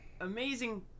amazing